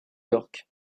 york